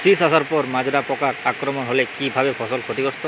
শীষ আসার পর মাজরা পোকার আক্রমণ হলে কী ভাবে ফসল ক্ষতিগ্রস্ত?